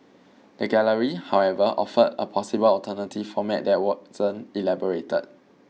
the gallery however offered a possible alternative format that wasn't elaborated